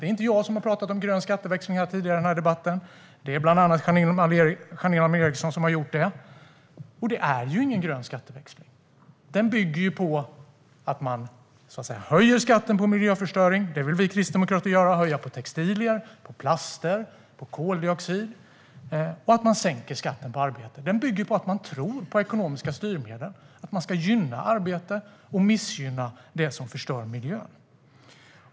Det är inte jag som tidigare i debatten har talat om grön skatteväxling, utan det har bland andra Janine Alm Ericson gjort. Ert förslag är ju ingen grön skatteväxling. En sådan bygger på att man höjer skatten på miljöförstöring, vilket vi kristdemokrater vill göra. Vi vill höja den på textilier, plaster och koldioxid. Den bygger också på att man sänker skatten på arbete och att man tror på ekonomiska styrmedel. Man ska gynna arbete och missgynna det som förstör miljön.